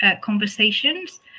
conversations